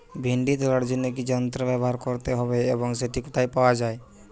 ভিন্ডি তোলার জন্য কি যন্ত্র ব্যবহার করতে হবে এবং সেটি কোথায় পাওয়া যায়?